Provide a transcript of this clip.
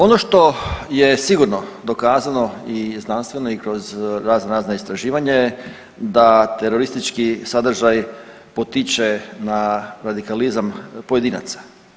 Ono što je sigurno dokazano i znanstveno i kroz razno razna istraživanja je da teroristički sadržaj potiče na radikalizam pojedinaca.